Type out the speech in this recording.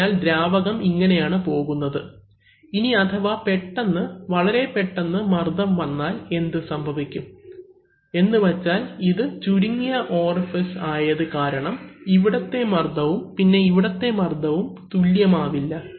അതിനാൽ ദ്രാവകം ഇങ്ങനെയാണ് പോകുന്നത് ഇനി അഥവാ പെട്ടെന്ന് വളരെ പെട്ടെന്ന് മർദ്ദം വന്നാൽ എന്ത് സംഭവിക്കും എന്ന് വെച്ചാൽ ഇത് ചുരുങ്ങിയ ഓറിഫിസ് ആയത് കാരണം ഇവിടത്തെ മർദ്ദവും പിന്നെ ഇവിടത്തെ മർദ്ദവും തുല്യം ആവില്ല